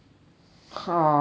!huh!